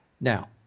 Now